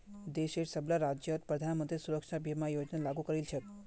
देशेर सबला राज्यत प्रधानमंत्री सुरक्षा बीमा योजना लागू करील छेक